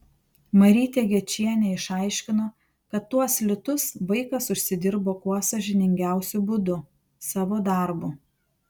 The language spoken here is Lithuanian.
marytė gečienė išaiškino kad tuos litus vaikas užsidirbo kuo sąžiningiausiu būdu savo darbu